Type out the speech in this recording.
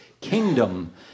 kingdom